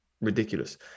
ridiculous